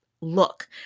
look